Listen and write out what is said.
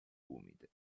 umide